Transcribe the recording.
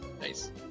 Nice